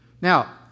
Now